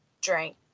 drank